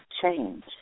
change